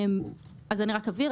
אני אבהיר.